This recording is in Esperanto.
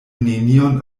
nenion